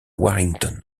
warrington